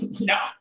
No